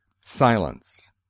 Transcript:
Silence